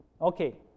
Okay